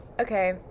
Okay